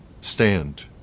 stand